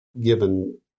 given